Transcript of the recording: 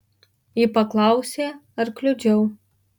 ji paklausė ar kliudžiau